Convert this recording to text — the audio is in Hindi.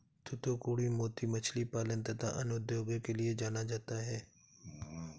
थूथूकुड़ी मोती मछली पालन तथा अन्य उद्योगों के लिए जाना जाता है